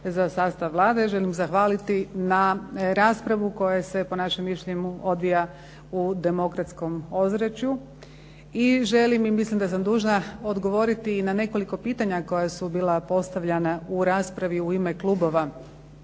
za sastav Vlade, želim zahvaliti na raspravi koja se po našem mišljenju odvija u demokratskom ozračju i želim i mislim da sam dužna odgovoriti i na nekoliko pitanja koja su bila postavljana u raspravi u ime klubova